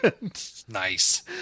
Nice